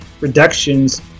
reductions